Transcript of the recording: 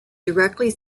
directly